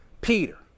Peter